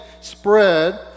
spread